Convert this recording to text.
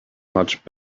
much